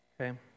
Okay